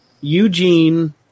Eugene